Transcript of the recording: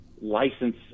license